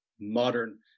modern